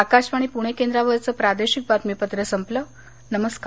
आकाशवाणी पुणे केंद्रावरचं प्रादेशिक बातमीपत्र संपलं नमस्कार